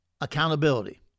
Accountability